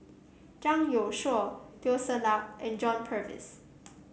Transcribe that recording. Zhang Youshuo Teo Ser Luck and John Purvis